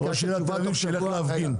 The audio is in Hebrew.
ראש העיר שילך להפגין.